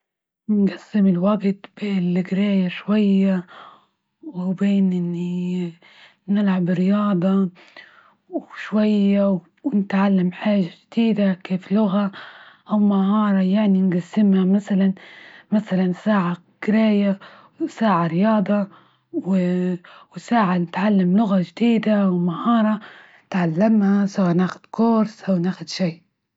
نقسم الوجت بين القراية شوية وبين إني نلعب رياضة شوية، ونتعلم حاجة جديدة ،كيف لغة مهارة يعني نقسمها مثلا-مثلا ساعة قراية، وساعة رياضة و ساعة نتعلم لغة جديدة، ومهارة تعلمها سوا ناخد كورس أو ناخد شي.